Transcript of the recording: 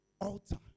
altar